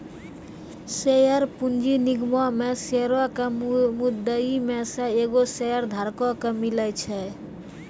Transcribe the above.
share पूंजी निगमो मे शेयरो के मुद्दइ मे से एगो शेयरधारको के मिले छै